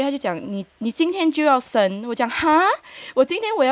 所以所以他就讲你今天就要生 !huh! 我今天我要去